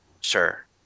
Sure